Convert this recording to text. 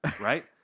Right